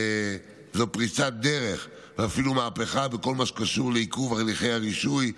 זאת פריצת דרך ואפילו מהפכה בכל מה שקשור לעיכוב הליכי הרישוי,